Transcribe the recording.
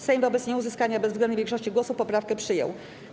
Sejm wobec nieuzyskania bezwzględnej większości głosów poprawkę przyjął.